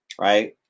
Right